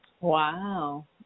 Wow